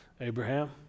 Abraham